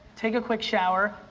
take a quick shower,